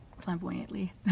flamboyantly